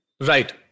Right